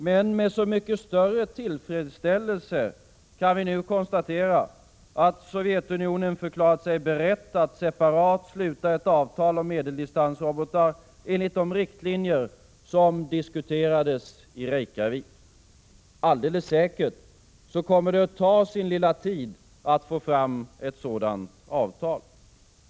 Men med så mycket större tillfredsställelse kan vi nu konstatera att Sovjetunionen förklarat sig berett att separat sluta ett avtal om medeldistansrobotar enligt de riktlinjer som diskuterades i Reykjavik. Alldeles säkert kommer det att ta sin tid att få fram ett sådant avtal.